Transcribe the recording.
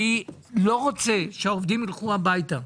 אני לא רוצה שהעובדים ילכו הביתה.